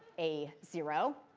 a zero.